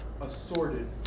Assorted